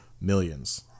millions